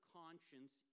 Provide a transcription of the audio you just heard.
conscience